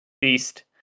beast